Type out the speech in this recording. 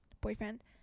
boyfriend